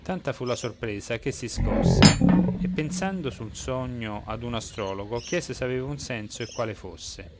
tanta fu la sorpresa che si scosse e pensando sul sogno ad un astrologo chiese se aveva un senso e quale fosse